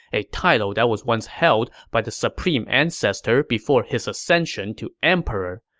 a title that was once held by the supreme ancestor before his ascension to emperor,